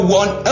one